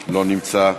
לא נמצא,